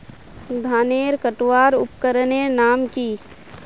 धानेर कटवार उपकरनेर नाम की?